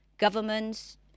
Governments